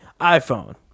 iphone